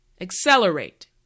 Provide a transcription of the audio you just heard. Accelerate